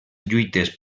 lluites